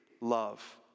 love